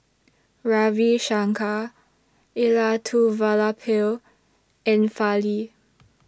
Ravi Shankar Elattuvalapil and Fali